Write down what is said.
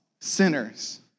sinners